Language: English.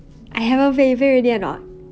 I haven't pay you pay already or not